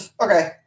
Okay